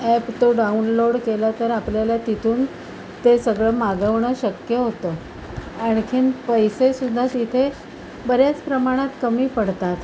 app तो download केला तर आपल्याला तिथून ते सगळं मागवणं शक्य होतं आणखीन पैसेसुद्धा तिथे बऱ्याच प्रमाणात कमी पडतात